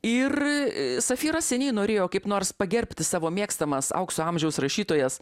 ir safyras seniai norėjo kaip nors pagerbti savo mėgstamas aukso amžiaus rašytojas